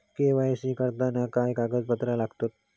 KYC करताना काय कागदपत्रा लागतत?